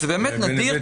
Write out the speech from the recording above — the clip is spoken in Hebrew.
זה באמת נדיר.